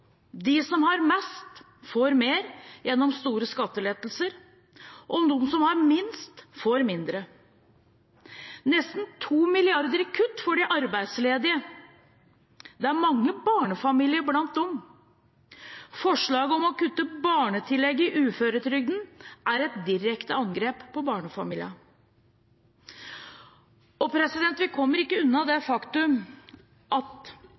De som har mest, får mer gjennom store skattelettelser, og de som har minst, får mindre – nesten 2 mrd. kr i kutt for de arbeidsledige. Det er mange barnefamilier blant dem. Forslaget om å kutte i barnetillegget i uføretrygden er et direkte angrep på barnefamiliene. Og vi kommer ikke unna det faktum at